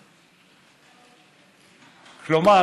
כלומר,